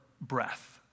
breath